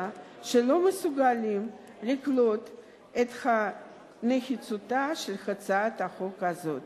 שלא מסוגלים לקלוט את נחיצותה של הצעת החוק הזאת.